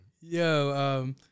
Yo